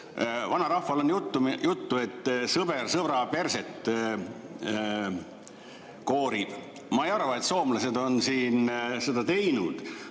Vanarahval on [ütlus], et sõber sõbra perset koorib. Ma ei arva, et soomlased on seda teinud,